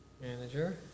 manager